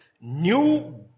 new